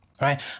Right